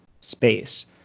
space